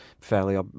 fairly